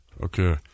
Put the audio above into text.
okay